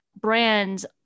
brands